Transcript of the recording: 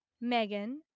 Megan